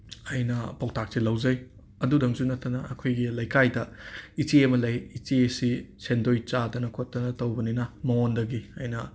ꯑꯩꯅ ꯄꯧꯇꯥꯛꯁꯦ ꯂꯧꯖꯩ ꯑꯗꯨꯗꯪꯁꯨ ꯅꯠꯇꯅ ꯑꯩꯈꯣꯏꯒꯤ ꯂꯩꯀꯥꯏꯗ ꯏꯆꯦ ꯑꯃ ꯂꯩ ꯏꯆꯦꯁꯤ ꯁꯦꯟꯗꯣꯏ ꯆꯥꯗꯅ ꯈꯣꯠꯇꯅ ꯇꯧꯕꯅꯤꯅ ꯃꯉꯣꯟꯗꯒꯤ ꯑꯩꯅ